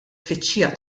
tfittxija